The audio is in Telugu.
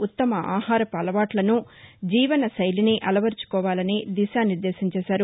ఉత్తమ ఆహారపు అలవాట్లను జీవనతైలిని అలవర్చుకోవాలని దిశానిర్దేశం చేశారు